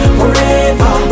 forever